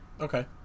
Okay